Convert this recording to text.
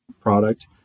product